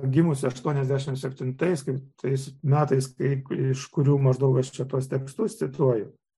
gimusi aštuoniasdešimt septintais kaip tais metais tai iš kurių maždaug aš čia tuos tekstus cituoju a bet